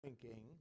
drinking